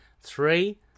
Three